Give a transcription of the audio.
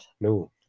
No